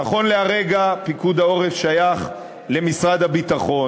נכון לרגע זה, פיקוד העורף שייך למשרד הביטחון.